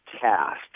cast